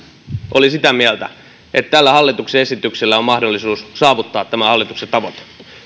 oli sitä mieltä että tällä hallituksen esityksellä on mahdollisuus saavuttaa hallituksen tavoite